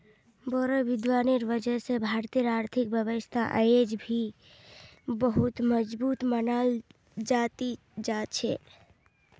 बोड़ो विद्वानेर वजह स भारतेर आर्थिक व्यवस्था अयेज भी बहुत मजबूत मनाल जा ती जा छ